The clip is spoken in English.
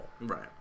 right